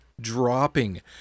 dropping